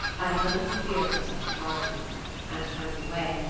i had little to fear from such a guardian and turning away,